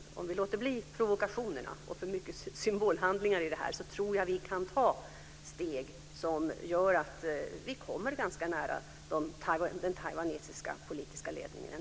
Om vi låter bli provokationerna och för mycket symbolhandlingar i detta kan vi ta steg som gör att vi kommer nära den taiwanesiska politiska ledningen.